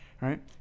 right